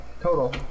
total